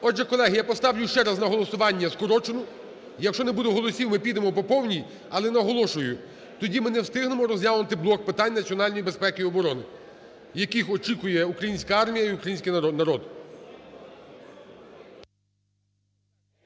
Отже, колеги, я поставлю ще раз на голосування скорчену. Якщо не буде голосів, ми підемо по повній. Але наголошую, тоді ми не встигнемо розглянути блок питань національної безпеки і оборони, яких очікує українська армія і український народ.